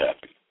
happy